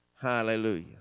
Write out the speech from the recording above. Hallelujah